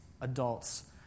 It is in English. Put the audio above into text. adults